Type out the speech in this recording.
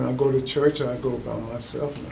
um go to church, i go by myself